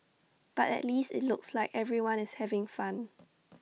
but at least IT looks like everyone is having fun